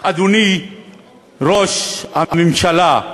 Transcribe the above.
אדוני ראש הממשלה.